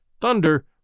thunder